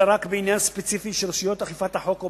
אלא רק בעניין ספציפי שרשויות אכיפת החוק או